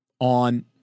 on